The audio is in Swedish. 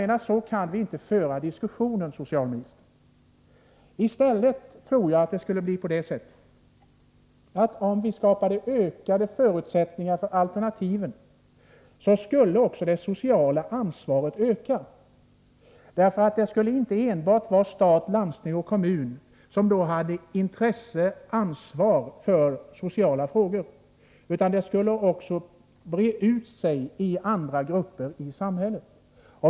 Så kan vi inte föra diskussionen, herr socialminister! I stället tror jag att om vi skapade ökade förutsättningar för alternativen, skulle också det sociala ansvaret öka, därför att det inte enbart skulle vara stat, kommun och landsting som då hade intresse och ansvar för de sociala frågorna, utan detta skulle breda ut sig i andra grupper i samhället.